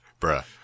Bruh